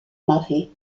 marée